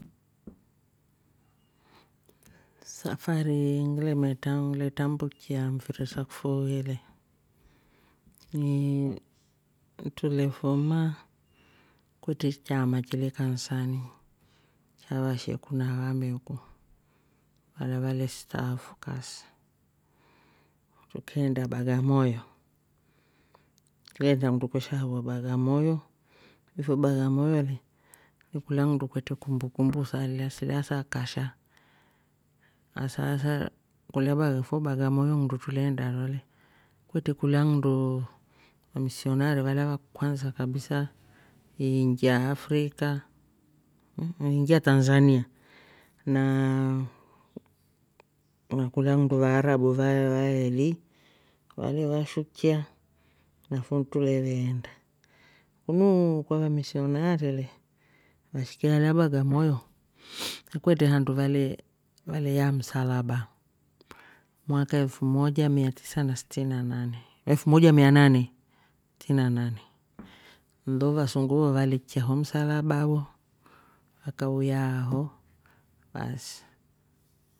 Safari ngiile me metrambukie mfiri sa kifuui le niii trulefuma kwetre chama chaama kili kanisani cha vasheku na vameku walya vale staafu kasi tukeenda bagamoyo. tuleenda nndu kweshaaawa bagamoyo fo bagamoyo le ni kulya nndu kwetre kumbukumbu saliya silya sakasha hasa hasa kulya- fo bagamoyo nndo tuleenda lo le kwetre kulya nndu misionaari walya wakwansa kabisa iinjia africa- iinjia tanzania naa kulya nndu vaharabu va- vaeli valevashukia nafo tuleveenda kunuu kwa vamishiionari le vashike alya bagamoyo kwetre handu vale valeyaa msalaba mwaka elfu moja miatisa na stini na nane. elfu moja mia nane stina nane nlo vasungu vo valeikya ho msalaba wo wakauyaaho baasi